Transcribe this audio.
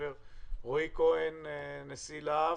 רועי כהן נשיא לה"ב.